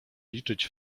liczyć